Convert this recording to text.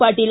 Patil